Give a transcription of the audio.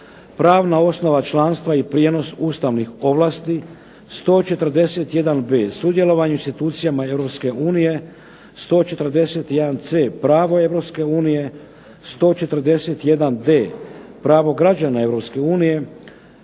Pravna osnova članstva i prijenos ustavnih ovlasti. 141b. Sudjelovanje u institucijama Europske unije. 141c. Pravo Europske